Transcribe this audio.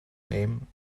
name